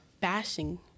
bashing